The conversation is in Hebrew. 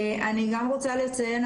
אני רוצה לציין,